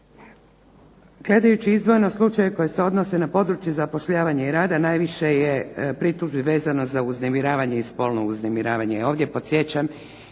Gledajući izdvojeno slučajeve koji se odnose na područje zapošljavanja i rada najviše je pritužbi vezano za uznemiravanje i spolno uznemiravanje.